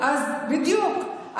בדיוק.